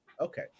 okay